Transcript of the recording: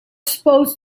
supposed